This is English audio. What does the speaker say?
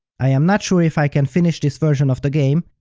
i am not sure if i can finish this version of the game,